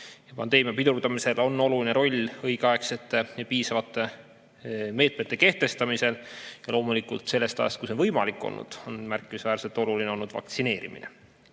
Pandeemia pidurdamisel on oluline roll õigeaegsete ja piisavate meetmete kehtestamisel. Loomulikult sellest ajast, kui see on võimalik olnud, on märkimisväärselt oluline olnud vaktsineerimine.